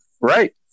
Right